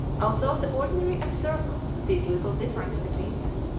although the ordinary observer sees little difference between them.